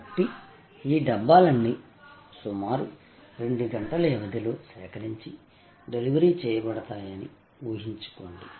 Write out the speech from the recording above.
కాబట్టి ఈ డబ్బాలన్నీ సుమారు 2 గంటల వ్యవధిలో సేకరించి డెలివరీ చేయబడతాయని ఊహించుకోండి